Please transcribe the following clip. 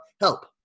Help